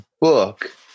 book